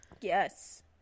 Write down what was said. yes